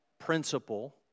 principle